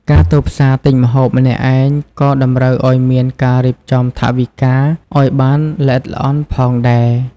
ការទៅផ្សារទិញម្ហូបម្នាក់ឯងក៏តម្រូវឱ្យមានការរៀបចំថវិកាឱ្យបានល្អិតល្អន់ផងដែរ។